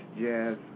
Jazz